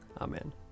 Amen